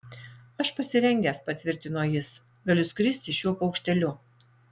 aš pasirengęs patvirtino jis galiu skristi šiuo paukšteliu